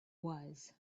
was